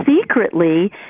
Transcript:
secretly